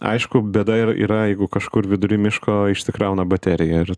aišku bėda ir yra jeigu kažkur vidury miško išsikrauna baterija ir